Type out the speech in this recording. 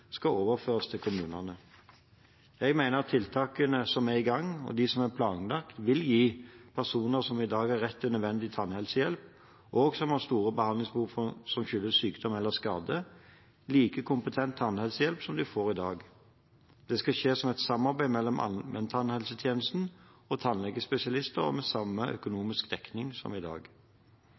overføres til kommunene. Jeg mener at de tiltakene som er i gang, og de som er planlagt, vil gi personer som i dag har rett til nødvendig tannhelsehjelp – og som har store behandlingsbehov som skyldes sykdom eller skade – like kompetent tannhelsehjelp som de får i dag. Det skal skje i et samarbeid mellom allmenntannhelsetjenesten og tannlegespesialister, og med samme økonomiske dekning som i dag.